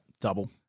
double